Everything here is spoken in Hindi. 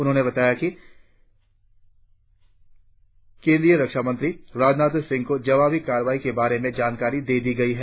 उन्होंने बताया कि केंद्र रक्षामंत्री राजनाथ सिंह को जवाबी कार्रवाई के बारे में जानकारी दे दी गई है